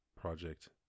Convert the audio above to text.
project